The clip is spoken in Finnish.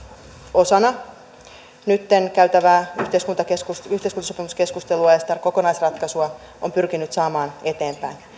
osana nyt käytävää yhteiskuntasopimuskeskustelua ja sitä kokonaisratkaisua on pyrkinyt saamaan eteenpäin